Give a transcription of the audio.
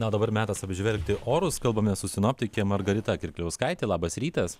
na o dabar metas apžvelgti orus kalbamės su sinoptike margarita kirkliauskaite labas rytas